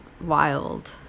wild